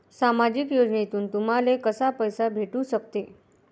सामाजिक योजनेतून तुम्हाले कसा पैसा भेटू सकते?